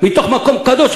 מתוך שזה מקום קדוש,